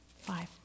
Five